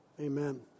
Amen